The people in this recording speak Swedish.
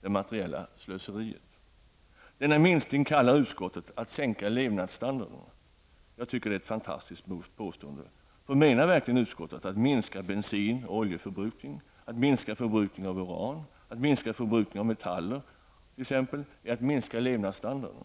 det materiella slöseriet. Denna minskning kallar utskottet en sänkning av levnadsstandarden. Jag tycker att det är ett fantastiskt påstående. Menar utskottet verkligen att minskad bensin och oljeförbrukning, minskad förbrukning av uran och minskad förbrukning av metaller innebär en sänkning av levnadsstandarden?